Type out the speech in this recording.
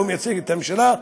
לא מייצג את הממשלה,